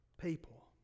people